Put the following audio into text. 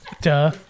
Duh